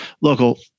local